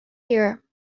here